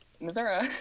Missouri